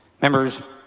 Members